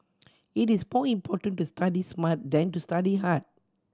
it is more important to study smart than to study hard